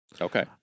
Okay